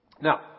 Now